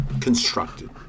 constructed